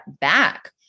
back